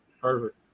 perfect